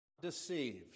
deceived